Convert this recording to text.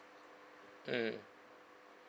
mm